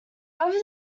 over